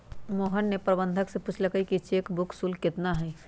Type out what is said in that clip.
मोहन ने प्रबंधक से पूछल कई कि चेक बुक शुल्क कितना हई?